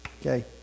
okay